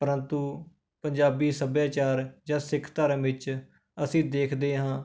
ਪਰੰਤੂ ਪੰਜਾਬੀ ਸੱਭਿਆਚਾਰ ਜਾਂ ਸਿੱਖ ਧਰਮ ਵਿੱਚ ਅਸੀਂ ਦੇਖਦੇ ਹਾਂ